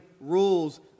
rules